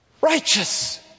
Righteous